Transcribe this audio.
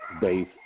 base